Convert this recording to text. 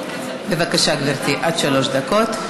בבקשה, גברתי, עד שלוש דקות.